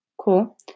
cool